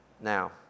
Now